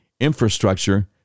infrastructure